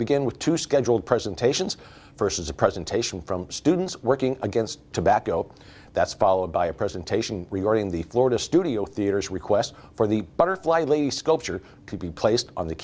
begin with two scheduled presentations versus a presentation from students working against tobacco that's followed by a presentation regarding the florida studio theatre's request for the butterfly least sculpture could be placed on the